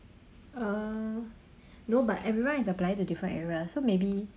uh no but everyone is applying to different areas so maybe